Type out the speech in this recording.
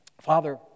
Father